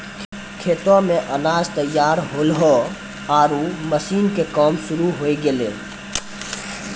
खेतो मॅ अनाज तैयार होल्हों आरो मशीन के काम शुरू होय गेलै